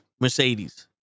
Mercedes